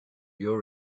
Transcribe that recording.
your